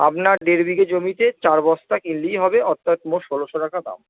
আপনার দেড় বিঘে জমিতে চার বস্তা কিনলেই হবে অর্থাৎ মোট ষোলশো টাকা দাম